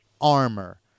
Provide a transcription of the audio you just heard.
armor